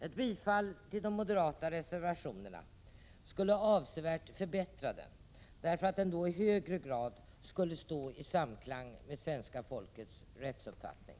Ett bifall till de moderata reservationerna skulle avsevärt förbättra förslaget, därför att det då i högre grad skulle stå i samklang med svenska folkets rättsuppfattning.